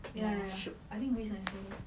ya ya ya I think greece nicer